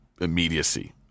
immediacy